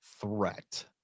threat